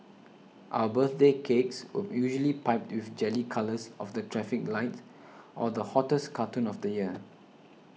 our birthday cakes were usually piped with jelly colours of the traffic lights or the hottest cartoon of the year